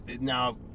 now